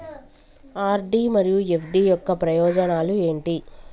RD మరియు FD యొక్క ప్రయోజనాలు ఏంటి?